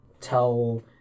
tell